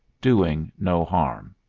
doing no harm.